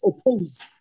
opposed